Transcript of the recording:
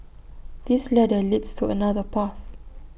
this ladder leads to another path